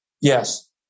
yes